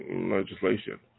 legislation